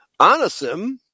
Anasim